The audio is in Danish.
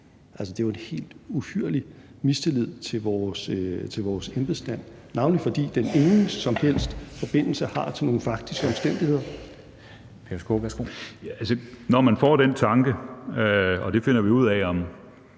er jo en helt uhyrlig mistillid til vores embedsmænd, navnlig fordi den ingen som helst forbindelse har til nogen faktiske omstændigheder. Kl. 15:21 Formanden (Henrik Dam